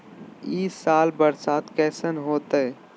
ई साल बरसात कैसन होतय?